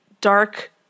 Dark